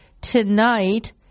tonight